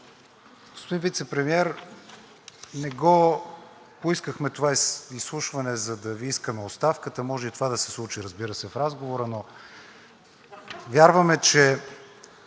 Господин Вицепремиер, не поискахме това изслушване, за да Ви искаме оставката – може и това да се случи, разбира се, в разговора, но вярваме, че